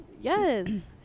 Yes